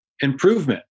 improvement